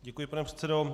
Děkuji, pane předsedo.